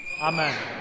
amen